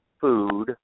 food